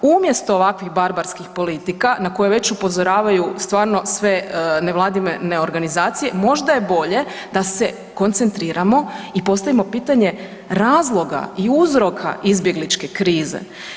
Umjesto ovakvih barbarskih politika na koje već upozoravaju stvarno sve nevladine organizacije možda je bolje da se koncentriramo i postavimo pitanje razloga i uzroka izbjegličke krize.